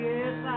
Yes